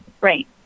Right